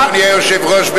אדוני היושב-ראש,